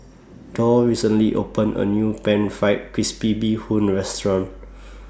Dorr recently opened A New Pan Fried Crispy Bee Hoon Restaurant